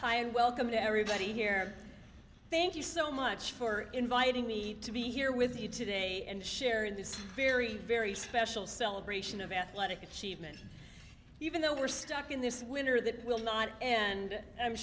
and welcome to everybody here thank you so much for inviting me to be here with you today and share in this very very special celebration of athletic achievement even though we're stuck in this winter that will not and i'm